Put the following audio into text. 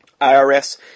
IRS